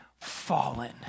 fallen